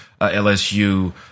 LSU